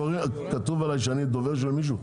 כתוב עליי שאני הדובר של מישהו?